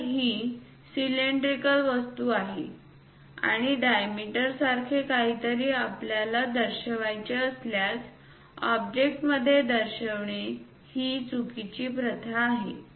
जर ही सिलेंड्रिकल वस्तू आणि डायमीटर सारखे काहीतरी आपल्याला दर्शवायचे असल्यास ऑब्जेक्टमध्ये दर्शविणे ही चुकीची प्रथा आहे